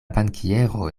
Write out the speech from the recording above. bankiero